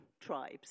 tribes